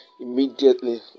immediately